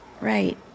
Right